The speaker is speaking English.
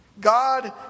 God